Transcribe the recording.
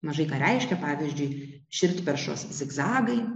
mažai ką reiškia pavyzdžiui širdperšos zigzagai